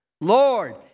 Lord